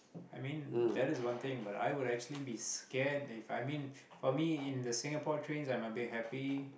I mean that is one thing but I would I would actually be scared that I mean for me in the Singapore trains I am a bit happy